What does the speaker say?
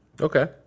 Okay